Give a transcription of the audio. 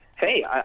Hey